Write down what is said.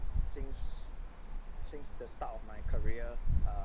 since since the start of my career uh